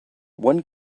one